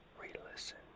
re-listen